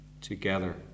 together